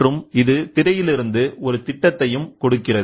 மற்றும் இது திரையில் இருந்து ஒரு திட்டத்தையும் கொடுக்கிறது